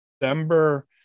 December